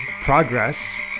progress